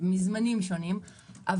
מזמנים שונים,